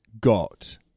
got